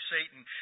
Satan